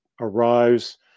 arrives